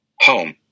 home